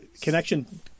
connection